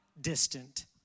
distant